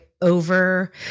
over